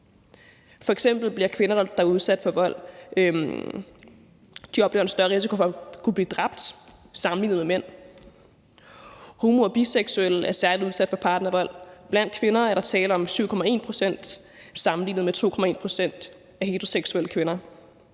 F.eks. er kvinder, der er udsat for vold, i større risiko for at blive dræbt sammenlignet med mænd. Homo- og biseksuelle er særlig udsatte for partnervold. Blandt kvinder er der tale om 7,1 pct. sammenlignet med 2,1 pct. af heteroseksuelle kvinder.